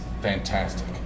fantastic